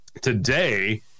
Today